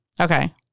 Okay